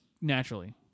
naturally